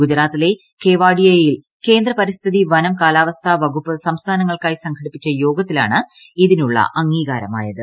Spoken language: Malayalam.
ഗുജറാത്തിലെ കേവാഡിയയിൽ കേന്ദ്ര പരിസ്ഥിതി വനം കാലാവസ്ഥാ വകുപ്പ് സംസ്ഥാനങ്ങൾക്കായി സംഘടിപ്പിച്ച യോഗത്തിലാണ് ഇതിനുള്ള അംഗീകാരമായത്